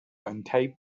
untaped